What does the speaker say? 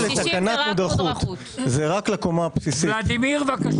בבקשה, ולדימיר.